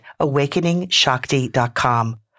AwakeningShakti.com